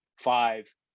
Five